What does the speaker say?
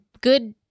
good